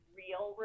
real